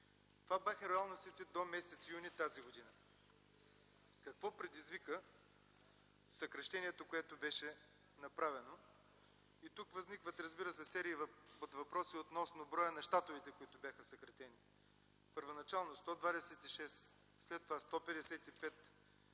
Това бяха реалностите до м. юни, т.г. Какво предизвика съкращението което беше направено? Тук възникват, разбира се, серия от въпроси относно броя на щатовете, които бяха съкратени. Първоначално 126, след това 155.